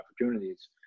opportunities